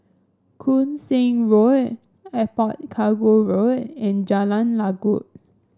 Koon Seng Road Airport Cargo Road and Jalan Lanjut